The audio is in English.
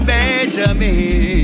Benjamin